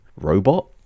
robot